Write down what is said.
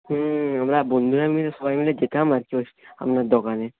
হুম আমরা বন্ধুরা মিলে সবাই মিলে যেতাম আর কি ওই আপনার দোকানে